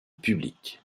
public